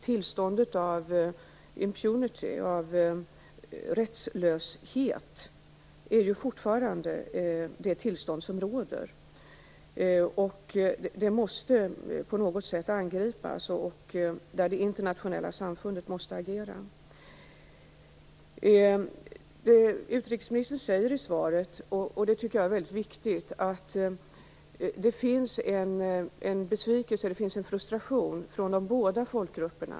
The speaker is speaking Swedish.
Det råder fortfarande ett tillstånd av impunity, strafflöshet, och det måste på något sätt angripas. Det internationella samfundet måste agera. Utrikesministern säger i svaret något som jag tycker är väldigt viktigt, att det finns en frustration inom båda folkgrupperna.